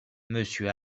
monsieur